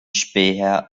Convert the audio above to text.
späher